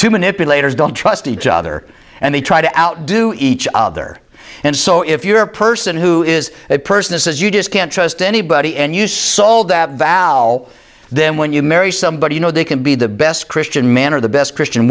to manipulators don't trust each other and they try to outdo each other and so if you're a person who is a person that says you just can't trust anybody and you sold that valhall then when you marry somebody you know they can be the best christian man or the best christian